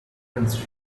prince